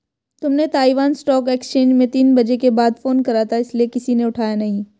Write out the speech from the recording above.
तुमने Taiwan stock exchange में तीन बजे के बाद फोन करा था इसीलिए किसी ने उठाया नहीं